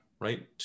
Right